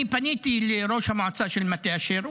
אני פניתי לראש המועצה של מטה אשר.